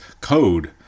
code